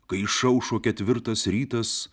kai išaušo ketvirtas rytas